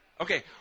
Okay